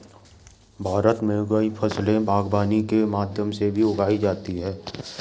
भारत मे कई फसले बागवानी के माध्यम से भी उगाई जाती है